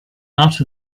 out